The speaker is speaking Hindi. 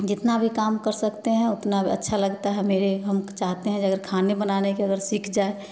जितना भी काम कर सकते हैं उतना अच्छा लगता है मेरे हम चाहते हैं जो अगर खाने बनाने के अगर सीख जाए